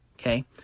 okay